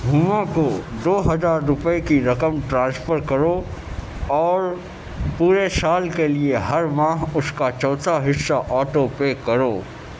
ہما کو دو ہزار روپئے کی رقم ٹرانسفر کرو اور پورے سال کے لیے ہر ماہ اس کا چوتھا حصہ آٹو پے کرو